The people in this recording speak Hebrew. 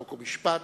חוק ומשפט,